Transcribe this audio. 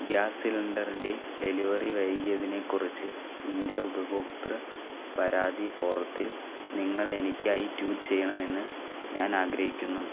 gas സിലിണ്ടറിൻ്റെ delivery വൈകിയതിനെ കുറിച്ച് ഇന്ത്യ ഉപഭോക്തൃ പരാതി ഫോറത്തിൽ നിങ്ങൾ എനിക്കായി ട്യൂറ്റ് ചെയ്യണമെന്ന് ഞാൻ ആഗ്രഹിക്കുന്നു